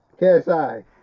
KSI